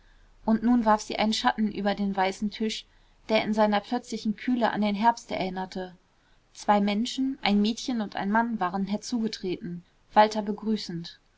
und nun warf sie einen schatten über den weißen tisch der in seiner plötzlichen kühle an den herbst erinnerte zwei menschen ein mädchen und ein mann waren herzugetreten walter begrüßend